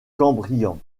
cambrien